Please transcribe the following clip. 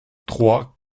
trois